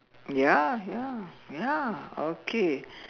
ya ya ya okay